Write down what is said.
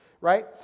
right